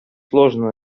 сложно